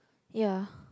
ya